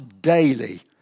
daily